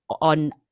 on